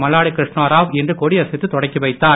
மல்லா கிருஷ்ணாராவ் இன்று கொடியசைத்து தொடங்கி வைத்தார்